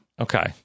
Okay